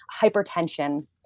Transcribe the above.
hypertension